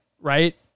right